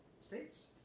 states